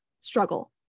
struggle